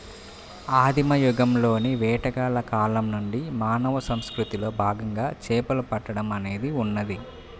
ఆదిమ యుగంలోని వేటగాళ్ల కాలం నుండి మానవ సంస్కృతిలో భాగంగా చేపలు పట్టడం అనేది ఉన్నది